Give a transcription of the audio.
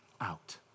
out